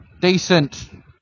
decent